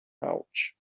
pouch